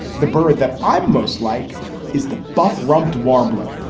the bird that i most like is the buff rump warbler.